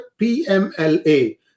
PMLA